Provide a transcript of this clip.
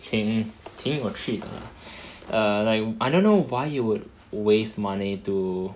挺挺有趣的 err like I don't know why you would waste money to